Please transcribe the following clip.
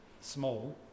small